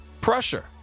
pressure